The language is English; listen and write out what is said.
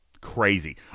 Crazy